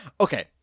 Okay